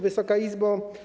Wysoka Izbo!